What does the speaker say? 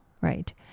right